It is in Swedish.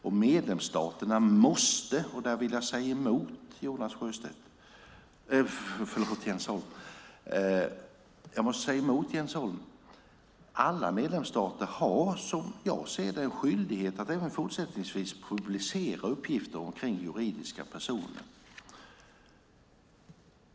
Alla medlemsstaterna har som jag ser det, och där vill jag säga emot Jens Holm, en skyldighet att även fortsättningsvis publicera uppgifter om juridiska personer.